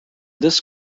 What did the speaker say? this